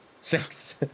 Six